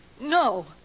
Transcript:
No